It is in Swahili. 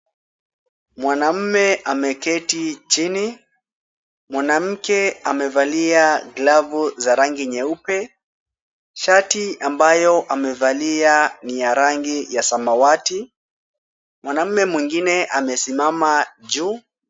Mwanaume ameketi chini. Mwanamke amevalia glavu za rangi nyeupe. Shati ambayo amevalia ni ya rangi ya samawati. Mwanaume mwingine amesimama juu.